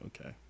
Okay